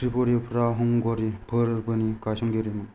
त्रिपुरिफ्रा हंगारी फोरबोनि गायसनगिरिमोन